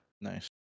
Nice